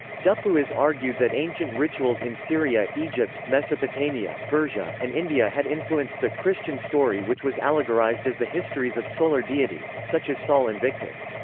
dupuis argued that ancient rituals in syria, egypt, mesopotamia, persia, and india had influenced the christian story which was allegorized as the histories of solar deities, such as sol invictus.